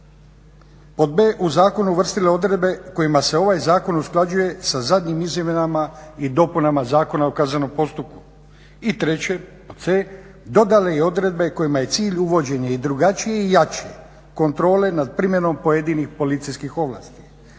Pod b, u zakon uvrstile odredbe kojima se ovaj zakon usklađuje sa zadnjim izmjenama i dopunama Zakona o kaznenom postupku. I treće, pod c, dodale i odredbe kojima je cilj uvođenje i drugačije i jače kontrole nad primjenom pojedinih policijskih ovlasti